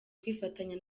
kwifatanya